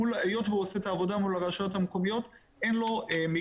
היות והוא עושה את העבודה מול הרשויות המקומיות אין לו מקדמות.